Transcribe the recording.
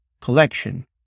collection